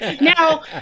Now